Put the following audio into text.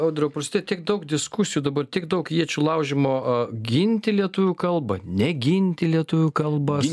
audriau prasideda tiek daug diskusijų dabar tiek daug iečių laužymo a ginti lietuvių kalbą neginti lietuvių kalbas